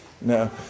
No